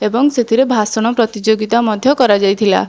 ଏବଂ ସେଥିରେ ଭାଷଣ ପ୍ରତିଯୋଗିତା ମଧ୍ୟ କରାଯାଇଥିଲା